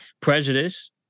Prejudice